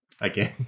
again